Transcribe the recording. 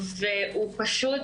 והוא פשוט